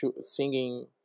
singing